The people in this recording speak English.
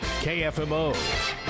KFMO